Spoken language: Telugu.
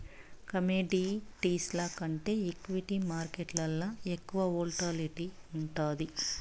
కమోడిటీస్ల కంటే ఈక్విటీ మార్కేట్లల ఎక్కువ వోల్టాలిటీ ఉండాది